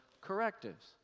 correctives